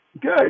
Good